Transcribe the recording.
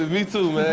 me too, man.